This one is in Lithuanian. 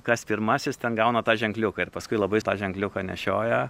kas pirmasis ten gauna tą ženkliuką ir paskui labai tą ženkliuką nešioja